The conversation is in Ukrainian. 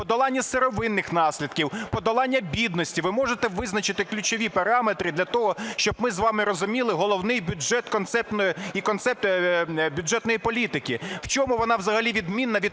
подолання сировинних наслідків, подолання бідності? Ви можете визначити ключові параметри для того, щоб ми з вами розуміли головний бюджет і концепт бюджетної політики? В чому вона взагалі відмінна від